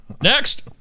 Next